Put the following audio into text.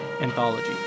Anthology